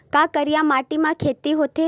का करिया माटी म खेती होथे?